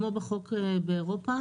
כמו בחוק באירופה,